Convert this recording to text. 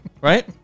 Right